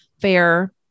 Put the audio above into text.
fair